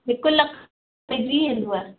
हिकु लख पेईजी वेंदव